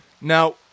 Now